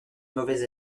mauvaise